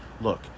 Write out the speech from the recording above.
Look